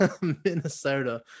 minnesota